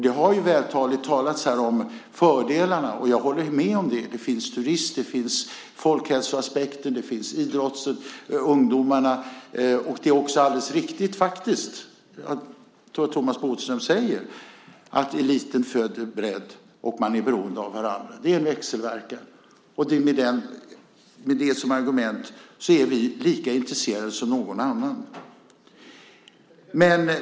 Det har här vältaligt talats om fördelarna. Jag håller med där. Det finns turism och folkhälsoaspekter. Det gäller också idrottsungdomarna. Det är också alldeles riktigt att - som, tror jag, Thomas Bodström sade - eliten föder bredd och att man är beroende av varandra; det är en växelverkan. Med det som argument är vi lika intresserade som någon annan.